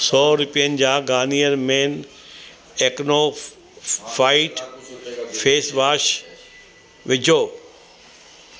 सौ रुपियनि जा Garnier men acno fight facewash विझो